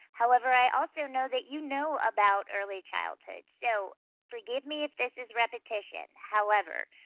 however, i also know that you know about early childhood so forgive me if this is repetition. however,